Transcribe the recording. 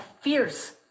fierce